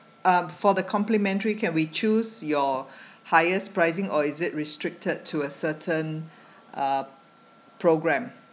um for the complimentary can we choose your highest pricing or is it restricted to a certain uh program